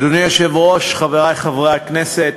אדוני היושב-ראש, חברי חברי הכנסת,